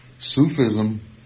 Sufism